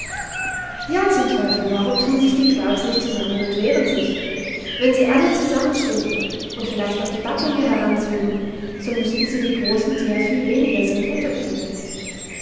ja zum teufel warum thun sich die quarks nicht zusammen und wehren sich wenn sie alle zusammenstünden und vielleicht noch die battlinge heranzögen so müßten sie die großen die ja viel weniger sind unterkriegen